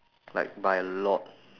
like by a lot